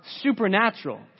supernatural